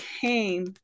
came